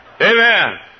Amen